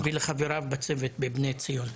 ולחבריו בצוות בבני-ציון.